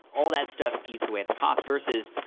all that stuff eats away at the cost versus,